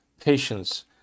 patience